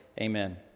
Amen